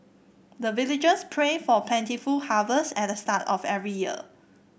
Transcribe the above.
the villagers pray for plentiful harvest at the start of every year